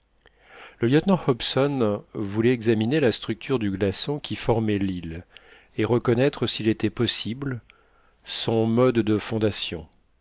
le lieutenant hobson voulait examiner la structure du glaçon qui formait l'île et reconnaître s'il était possible son mode de fondation